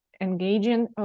engaging